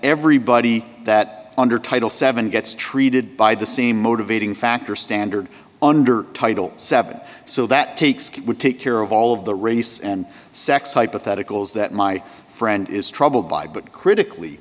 everybody that under title seven gets treated by the same motivating factor standard under title seven so that takes would take care of all of the race and sex hypotheticals that my friend is troubled by but critically